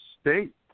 State